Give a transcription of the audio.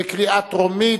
בקריאה טרומית.